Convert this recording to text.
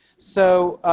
so,